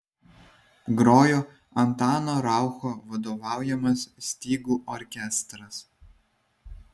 grojo antano raucho vadovaujamas stygų orkestras